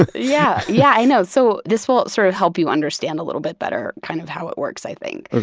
yeah yeah, i know. so this will sort of help you understand a little bit better, kind of how it works, i think.